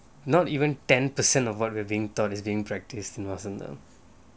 not even ten percent of what we're being taught is being practised in vasantham